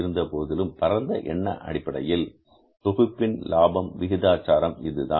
இருந்தபோதிலும் பரந்த எண்ண அடிப்படையில் தொகுப்பின் லாபம் விகிதாச்சாரம் இதுதான்